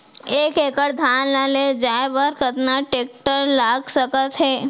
एक एकड़ धान ल ले जाये बर कतना टेकटर लाग सकत हे?